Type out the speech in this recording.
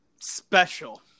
special